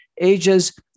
ages